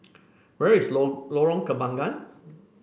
where is Lorong Kembagan